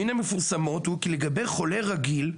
מן --- הוא כי לגבי חולה "רגיל",